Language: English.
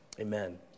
Amen